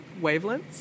wavelengths